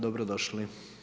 Dobro došli!